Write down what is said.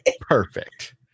Perfect